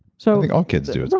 so i think all kids do.